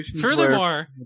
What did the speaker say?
Furthermore